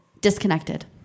disconnected